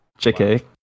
JK